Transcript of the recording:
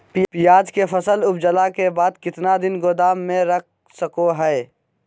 प्याज के फसल उपजला के बाद कितना दिन गोदाम में रख सको हय?